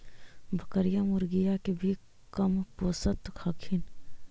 बकरीया, मुर्गीया के भी कमपोसत हखिन?